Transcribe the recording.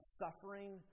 suffering